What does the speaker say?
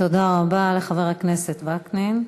תודה רבה לחבר הכנסת וקנין.